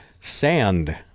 sand